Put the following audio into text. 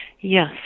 Yes